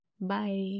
Bye